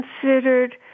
considered